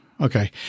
Okay